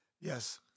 Yes